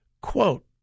Quote